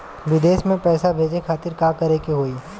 विदेश मे पैसा भेजे खातिर का करे के होयी?